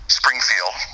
springfield